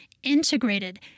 integrated